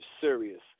serious